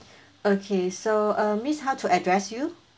okay so uh miss how to address you